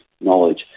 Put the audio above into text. knowledge